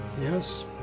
Yes